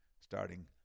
starting